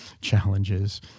challenges